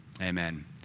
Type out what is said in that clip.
Amen